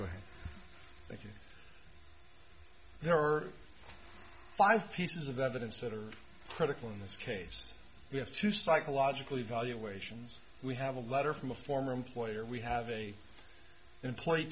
going there are five pieces of evidence that are critical in this case we have two psychological evaluations we have a letter from a former employer we have a employee